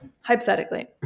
hypothetically